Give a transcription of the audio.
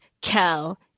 Kel